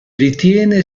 ritiene